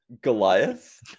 Goliath